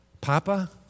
Papa